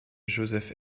joseph